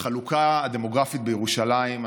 החלוקה הדמוגרפית בירושלים,